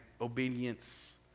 obedience